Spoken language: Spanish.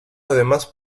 además